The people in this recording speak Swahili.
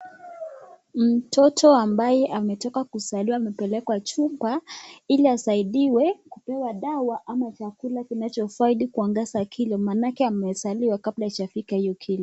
Mtoto ambaye ametoka kuzaliwa amepelekwa chumba ili asaidiwe kupewa dawa ama chakula kinacho kufaidi kuongeza kilo manake amezaliwa kabla haijafika hio kilo.